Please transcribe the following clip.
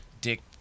dick